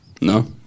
No